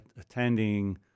attending